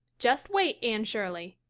just wait, anne shirley.